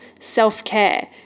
self-care